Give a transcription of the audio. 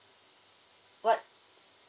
what